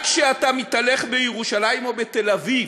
רק כשאתה מתהלך בירושלים או בתל-אביב